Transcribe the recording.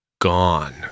gone